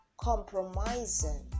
compromising